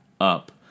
up